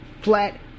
flat